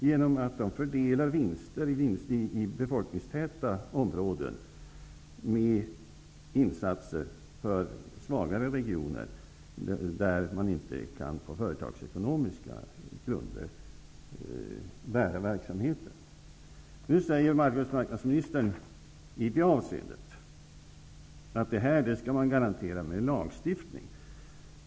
Genom dem fördelas vinster som görs i befolkningstäta områden med insatser för svagare regioner, där verksamheten inte bär sig på företagsekonomiska grunder. Nu säger arbetsmarknadsministern att man skall garantera detta med lagstiftning.